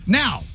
now